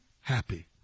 happy